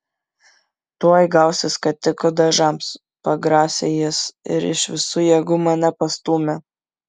tuoj gausi skatikų dažams pagrasė jis ir iš visų jėgų mane pastūmė